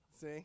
See